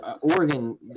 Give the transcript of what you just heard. Oregon